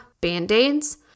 band-aids